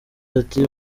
ati